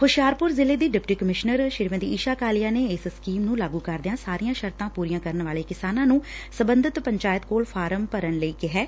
ਹੁਸ਼ਿਆਰਪੁਰ ਜ਼ਿਲ੍ਹੇ ਦੀ deputy commissioner Isha Kalia ਨੇ ਇਸ ਸਕੀਮ ਨੂੰ ਲਾਗੂ ਕਰਦਿਆਂ ਸਾਰੀਆਂ ਸ਼ਰਤਾ ਪੁਰੀਆਂ ਕਰਨ ਵਾਲੇ ਕਿਸਾਨਾਂ ਨੂੰ ਸਬੰਧਤ ਪੰਚਾਇਤ ਕੋਲ ਫਾਰਮ ਕਰਨ ਲਈ ਕਿਹੈ